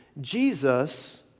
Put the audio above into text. Jesus